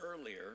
earlier